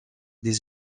des